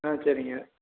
ஆ சரிங்க